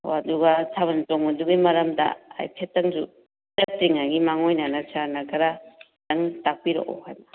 ꯑꯣ ꯑꯗꯨꯒ ꯊꯥꯕꯜ ꯆꯣꯡꯕꯗꯨꯒꯤ ꯃꯔꯝꯗ ꯍꯥꯏꯐꯦꯠꯇꯪꯁꯨ ꯆꯠꯇ꯭ꯔꯤꯉꯩꯒꯤ ꯃꯥꯡꯑꯣꯏꯅꯅ ꯁꯥꯔꯅ ꯈꯔ ꯈꯤꯇꯪ ꯇꯥꯛꯄꯤꯔꯛꯎ ꯍꯥꯏꯕ